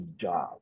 job